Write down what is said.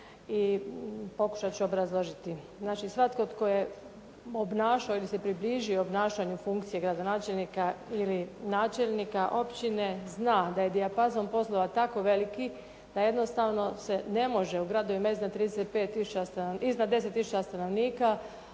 i pokušati ću obrazložiti. Znači svatko tko je obnašao ili se približio obnašanju funkcije gradonačelnika ili načelnika općine zna da je dijapazon poslova tako veliki da jednostavno se ne može u gradovima iznad 10 tisuća stanovnika